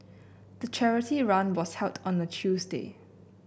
the charity run was held on a Tuesday